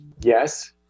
Yes